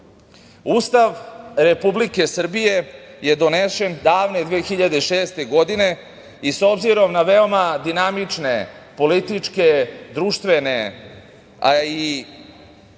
Republike Srbije je donesen davne 2006. godine, i s obzirom na veoma dinamične političke, društvene, i